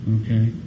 okay